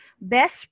best